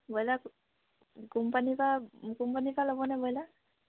broiler কোম্পানীৰ পৰা কোম্পানীৰ পৰা ল'বনে ব্ৰইলাৰ